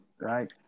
right